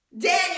Daniel